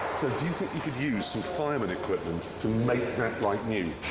do you think you could use some fireman equipment to make that like new?